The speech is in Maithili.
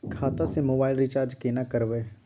खाता स मोबाइल रिचार्ज केना करबे?